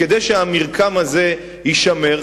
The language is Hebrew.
כדי שהמרקם הזה יישמר,